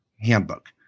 handbook